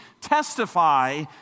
testify